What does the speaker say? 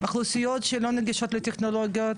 אוכלוסיות שלא נגישות לטכנולוגיות,